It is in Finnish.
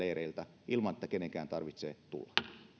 leireiltä ilman että kenenkään tarvitsee tulla